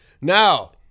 Now